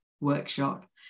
workshop